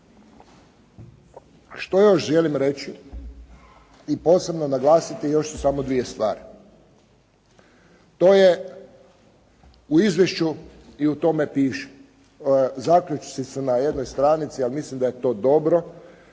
Što još želim reći i posebno naglasiti još ću samo dvije stvari. To je u izvješću i u tome piše. Zaključci su na jednoj stranici, a mislim da je to dobro.